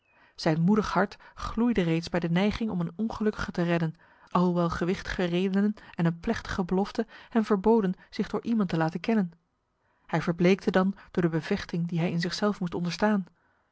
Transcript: zijn moedig hart gloeide reeds bij de neiging om een ongelukkige te redden alhoewel gewichtiger redenen en een plechtige belofte hem verboden zich door iemand te laten kennen hij verbleekte dan door de bevechting die hij in zichzelf moest onderstaan